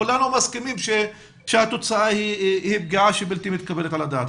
כולנו מסכימים שהתוצאה היא פגיעה שבלתי מתקבלת על הדעת.